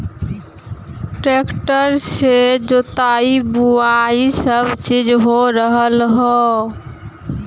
tractor से जोताई बोवाई सब चीज हो रहल हौ